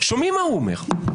שומעים מה הוא אומר.